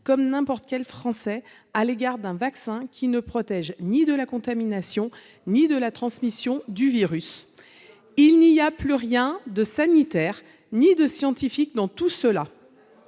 comme n'importe quel Français à l'égard d'un vaccin qui ne protège ni de la contamination, ni de la transmission du virus, il n'y a plus rien de sanitaire, ni de scientifiques dans tout cela,